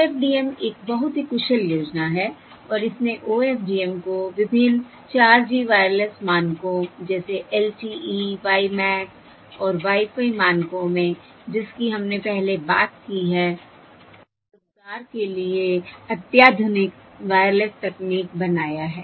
OFDM एक बहुत ही कुशल योजना है और इसने OFDM को विभिन्न 4G वायरलेस मानकों जैसे LTE WiMax और Wi Fi मानकों में जिसकी हमने पहले बात की है रोजगार के लिए अत्याधुनिक वायरलेस तकनीक बनाया है